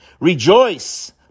rejoice